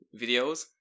videos